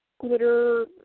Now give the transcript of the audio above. glitter